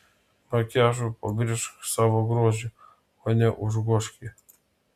makiažu pabrėžk savo grožį o ne užgožk jį